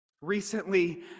Recently